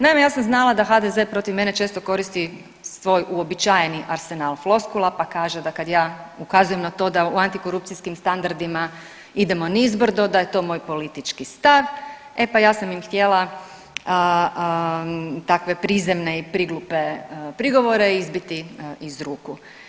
Naime, ja sam znala da HDZ protiv mene često koristi svoj uobičajeni arsenal floskula pa kaže da kad ja ukazujem na to da u antikorupcijskih standardima idemo nizbrdo da je to moj politički stav, e pa ja sam ih htjela takve prizemne i priglupe prigovore izbiti iz ruku.